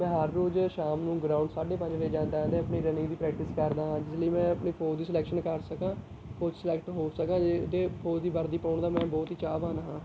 ਮੈਂ ਹਰ ਰੋਜ਼ ਸ਼ਾਮ ਨੂੰ ਗਰਾਊਂਡ ਸਾਢੇ ਪੰਜ ਵਜੇ ਜਾਂਦਾ ਹਾਂ ਅਤੇ ਆਪਣੀ ਰਨਿੰਗ ਦੀ ਪ੍ਰੈਕਟਿਸ ਕਰਦਾ ਹਾਂ ਜਿਸ ਲਈ ਮੈਂ ਆਪਣੀ ਫੌਜ ਦੀ ਸਿਲੈਕਸ਼ਨ ਕਰ ਸਕਾਂ ਫੌਜ 'ਚ ਸਿਲੈਕਟ ਹੋ ਸਕਾਂ ਅਤੇ ਫੌਜ ਦੀ ਵਰਦੀ ਪਾਉਣ ਦਾ ਮੈਂ ਬਹੁਤ ਹੀ ਚਾਹਵਾਨ ਹਾਂ